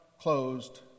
closed